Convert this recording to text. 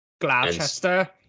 Gloucester